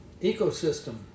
ecosystem